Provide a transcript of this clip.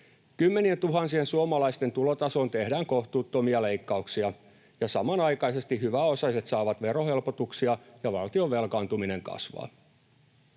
Kymmenientuhansien suomalaisten tulotasoon tehdään kohtuuttomia leikkauksia, ja samanaikaisesti hyväosaiset saavat verohelpotuksia ja valtion velkaantuminen kasvaa.